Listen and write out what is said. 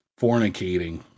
fornicating